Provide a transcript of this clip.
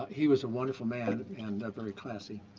he was a wonderful man, and very classy.